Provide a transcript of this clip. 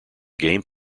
game